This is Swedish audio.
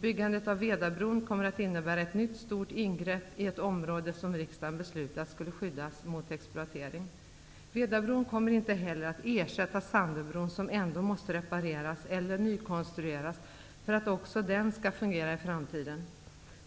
Byggandet av Vedabron kommer att innebära ett nytt stort ingrepp i ett område som riksdagen beslutat skulle skyddas mot exploatering. Vedabron kommer inte heller att ersätta Sandöbron, som ändå måste repareras eller nykonstrueras för att också den skall fungera i framtiden.